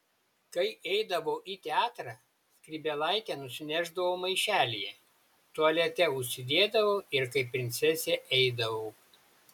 kai eidavau į teatrą skrybėlaitę nusinešdavau maišelyje tualete užsidėdavau ir kaip princesė eidavau